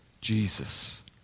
Jesus